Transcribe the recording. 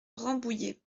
rambouillet